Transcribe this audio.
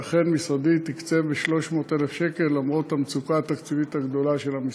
ואכן משרדי תקצב ב-300,000 שקל למרות המצוקה התקציבית הגדולה של המשרד.